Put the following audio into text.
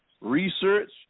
research